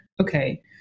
okay